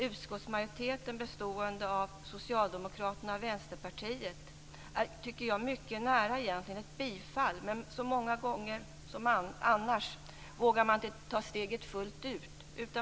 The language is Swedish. Utskottsmajoriteten, bestående av Socialdemokraterna och Vänsterpartiet, tycker jag ligger mycket nära ett bifall, men som så många gånger annars vågar man inte ta steget fullt ut.